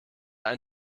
ein